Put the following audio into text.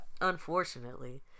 Unfortunately